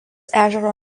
ežero